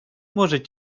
может